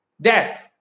death